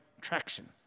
traction